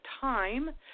time